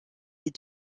des